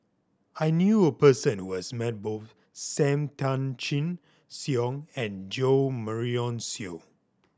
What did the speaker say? I knew a person who has met both Sam Tan Chin Siong and Jo Marion Seow